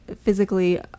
physically